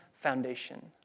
foundation